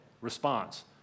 response